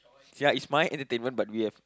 ya is my entertainment but we have